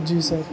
جی سر